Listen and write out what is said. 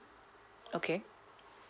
okay